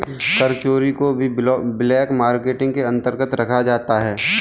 कर चोरी को भी ब्लैक मार्केटिंग के अंतर्गत रखा जाता है